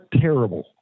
terrible